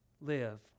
live